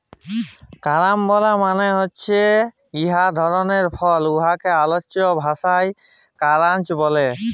carambola মালে হছে ইক ধরলের ফল উয়াকে আল্চলিক ভাষায় কারান্চ ব্যলে